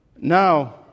Now